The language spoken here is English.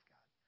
God